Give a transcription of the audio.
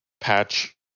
patch